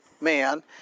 man